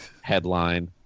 headline